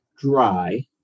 dry